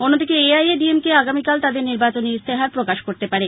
অন্যদিকে এআইএডিএমকে আগামীকাল তাদের নির্বাচনী ইস্তেহার প্রকাশ করতে পারে